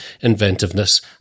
inventiveness